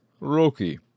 Roki